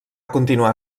continuar